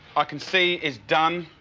ah can see is done.